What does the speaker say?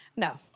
no,